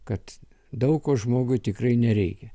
kad daug ko žmogui tikrai nereikia